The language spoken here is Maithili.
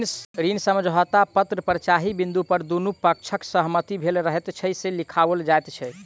ऋण समझौता पत्र पर जाहि बिन्दु पर दुनू पक्षक सहमति भेल रहैत छै, से लिखाओल जाइत छै